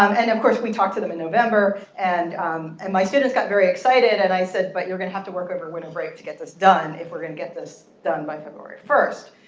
um and of course, we talked to them in november. and and my students got very excited. and i said, but, you're going to have to work over winter break to get this done if we're going to get this done by february one.